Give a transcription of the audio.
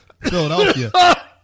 Philadelphia